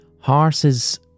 Horses